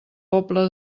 pobla